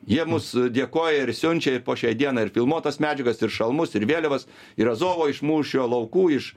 jie mus dėkoja ir siunčia ir po šiai dienai ir filmuotos medžiagas ir šalmus ir vėliavas ir azovo iš mūšio laukų iš